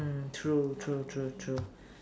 mm true true true true